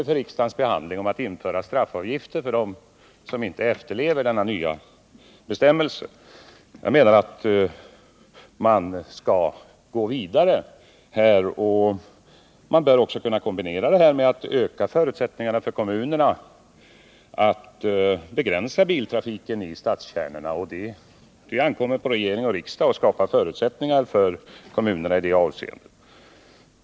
Frågan om att införa straffavgifter för dem som inte efterlever denna nya bestämmelse väntar nu på riksdagens behandling. Jag menar att man skall gå vidare på denna linje och att man även bör kunna kombinera denna med att ge kommunerna ökade förutsättningar att begränsa biltrafiken i stadskärnorna. Det ankommer på regering och riksdag att skapa förutsättningar för kommunerna i det avseendet.